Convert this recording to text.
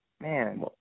Man